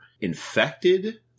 infected